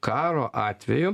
karo atveju